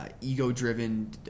ego-driven